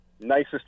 nicest